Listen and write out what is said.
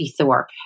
Thorpe